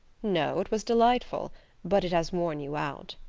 no, it was delightful but it has worn you out.